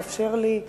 לאפשר לי את מלוא,